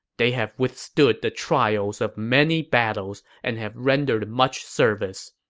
they have withstood the trials of many battles and have rendered much service.